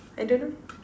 I don't know